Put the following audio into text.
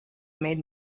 made